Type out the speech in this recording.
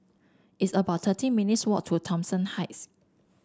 it's about thirty minutes' walk to Thomson Heights